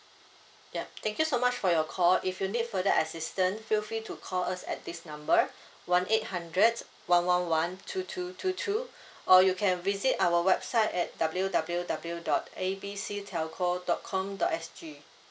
yup thank you so much for your call if you need further assistance feel free to call us at this number one eight hundred one one one two two two two or you can visit our website at W_W_W dot A B C telco dot com dot S G